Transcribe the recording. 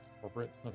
corporate